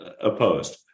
opposed